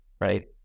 right